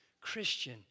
Christian